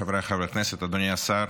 חבריי חברי הכנסת, אדוני השר,